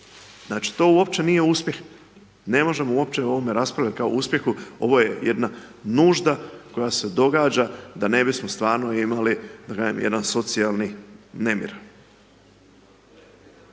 Znači, to uopće nije uspjeh, ne možemo uopće o ovome raspravljati kao uspjehu. Ovo je jedna nužda koja se događa da ne bismo stvarno imali, da kažem, jedan socijalni nemir.